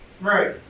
Right